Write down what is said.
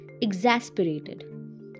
exasperated